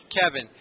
Kevin